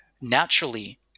naturally